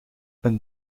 een